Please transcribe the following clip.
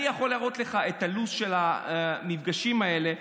אני יכול להראות לך את הלו"ז של המפגשים האלה,